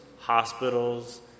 hospitals